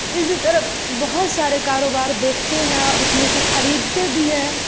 اسی طرح بہت سارے کاروبار دیکھتے ہیں اور اس میں سے خریدتے بھی ہیں